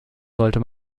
sollte